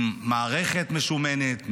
עם מערכת משומנת,